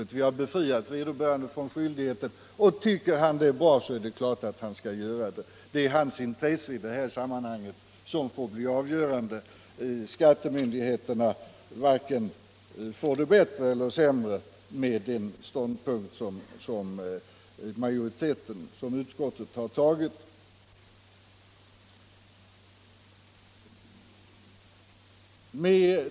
Vi har däremot befriat vederbörande från skyldigheten, men tycker han att det är bra att upprätta bokslut är det klart att han skall göra det — det är ju hans intresse i det här sammanhanget som får bli avgörande; skattemyndigheterna får det varken bättre eller sämre med den ståndpunkt som majoriteten av utskottet har intagit.